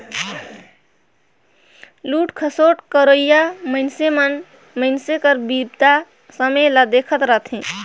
लूट खसोट करोइया मइनसे मन मइनसे कर बिपदा समें ल देखत रहथें